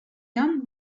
young